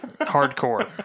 hardcore